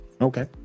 Okay